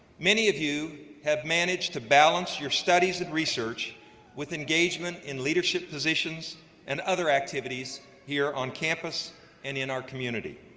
many of you have managed to balance your studies and research with engagement in leadership positions and other activities here on campus and in our community.